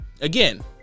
Again